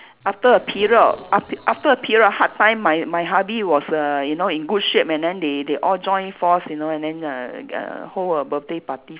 after a period o~ af~ after a period of hard time my my hubby was err you know in good shape and then they they all join force you know and then uh uh hold a birthday party